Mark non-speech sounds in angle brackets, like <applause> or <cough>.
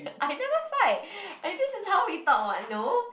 I never fight <noise> I mean this is how we talk [what] no